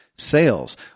sales